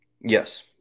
Yes